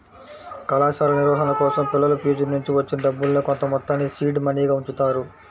కళాశాల నిర్వహణ కోసం పిల్లల ఫీజునుంచి వచ్చిన డబ్బుల్నే కొంతమొత్తాన్ని సీడ్ మనీగా ఉంచుతారు